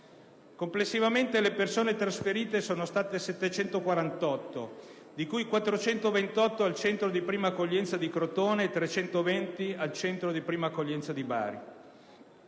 Complessivamente le persone trasferite sono state 748, di cui 428 al centro di prima accoglienza di Crotone e 320 al centro di prima accoglienza di Bari.